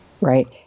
right